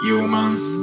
Humans